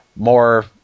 more